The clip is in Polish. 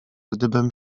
gdybym